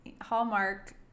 Hallmark